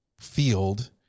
field